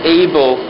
able